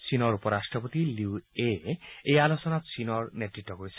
চীনৰ উপ ৰাট্টপতি লিউ এ এই আলোচনাত চীনৰ নেতৃত কৰিছে